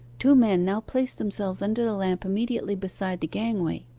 two men now placed themselves under the lamp immediately beside the gangway.